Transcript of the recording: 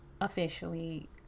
officially